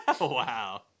Wow